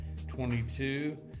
22